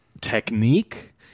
technique